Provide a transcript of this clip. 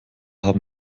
haben